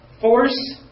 force